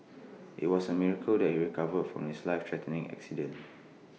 IT was A miracle that he recovered from his life threatening accident